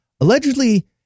allegedly